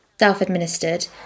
self-administered